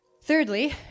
Thirdly